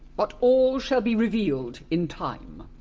but all shall be revealed in time.